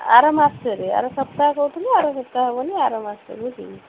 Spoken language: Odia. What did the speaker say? ଆର ମାସରେ ଆର ସପ୍ତାହ କହୁଥିଲି ଆର ସପ୍ତାହ ହେବନି ଆର ମାସରେ ବୁଝିଲୁ